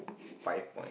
five point